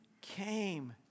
came